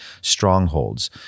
strongholds